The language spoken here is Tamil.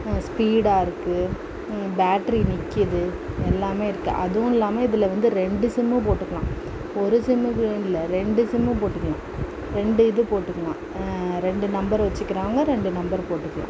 ஸ்பீடாக இருக்குது பேட்ரி நிற்கிது எல்லாமே இருக்குது அதுவும் இல்லாமல் இதில் வந்து ரெண்டு சிம்மு போட்டுக்கலாம் ஒரு சிம்முக்குன் இல்லை ரெண்டு சிம்மு போட்டுக்கலாம் ரெண்டு இது போட்டுக்கலாம் ரெண்டு நம்பர் வெச்சுக்கிறவங்க ரெண்டு நம்பர் போட்டுக்கலாம்